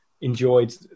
enjoyed